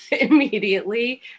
immediately